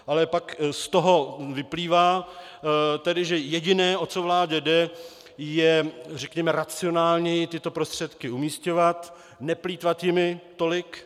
Ale pak z toho vyplývá tedy, že jediné, o co vládě jde, je, řekněme, racionálněji tyto prostředky umisťovat, neplýtvat jimi tolik.